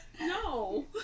no